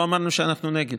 לא אמרנו שאנחנו נגד.